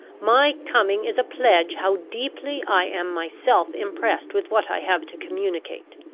my coming is a pledge how deeply i am myself impressed with what i have to communicate.